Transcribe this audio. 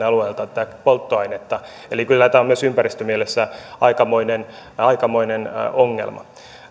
alueelta tätä polttoainetta eli kyllä tämä on myös ympäristömielessä aikamoinen aikamoinen ongelma